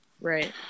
Right